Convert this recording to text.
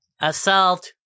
Assault